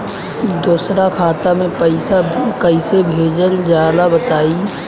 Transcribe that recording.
दोसरा खाता में पईसा कइसे भेजल जाला बताई?